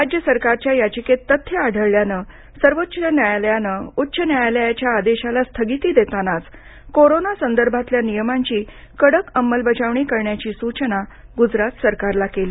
राज्य सरकारच्या याचिकेत तथ्य आढळल्यानं सर्वोच्च न्यायालयानं उच्च न्यायालयाच्या आदेशाला स्थगिती देतानाच कोरोना संदर्भातल्या नियमांची कडक अंमलबजावणी करण्याची सूचना गुजरात सरकारला केली